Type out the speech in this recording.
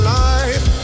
life